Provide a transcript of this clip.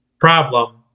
problem